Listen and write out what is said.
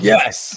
Yes